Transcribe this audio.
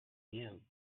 you